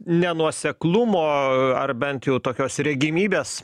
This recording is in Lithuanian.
nenuoseklumo ar bent jau tokios regimybės